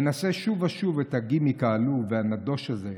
מנסה שוב ושוב את הגימיק העלוב והנדוש הזה,